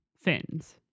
fins